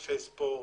מגרשי ספורט,